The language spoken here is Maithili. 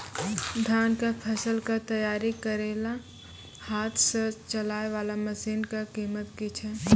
धान कऽ फसल कऽ तैयारी करेला हाथ सऽ चलाय वाला मसीन कऽ कीमत की छै?